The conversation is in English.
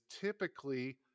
typically